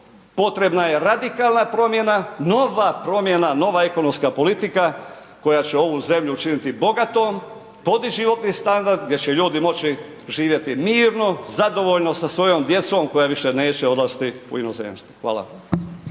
Potrebna je radikalna promjena, nova promjena, nova ekonomska politika koja će ovu zemlju učiniti bogatom, podići opći standard gdje će ljudi moći živjeti mirno, zadovoljno sa svojom djecom koja više neće odlaziti u inozemstvo, hvala.